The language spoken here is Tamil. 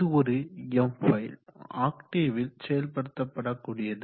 இது ஒரு எம் ஃபைல் ஆக்டேவில் செயல்படுத்தப்படக்கூடியது